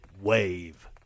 wave